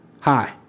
Hi